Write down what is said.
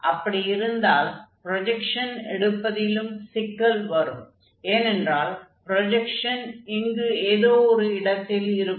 அப்படியிருந்தால் projection எடுப்பதிலும் சிக்கல் வரும் ஏனென்றால் ப்ரொஜக்ஷன் இங்கு ஏதோ ஓரிடத்தில் இருக்கும்